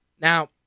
Now